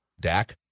Dak